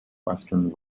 western